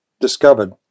discovered